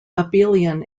abelian